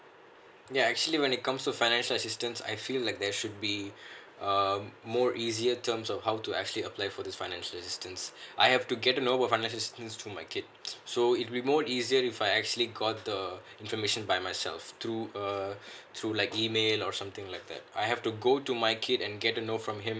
ya actually when it comes to financial assistance I feel like there should be um more easier terms on how to actually apply for this financial assistance I have to get to know about financial assistance through my kid so it will be more easier if I actually got the information by myself through uh through like email or something like that I have to go to my kid and get to know from him